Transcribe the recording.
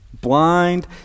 Blind